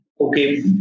okay